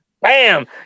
Bam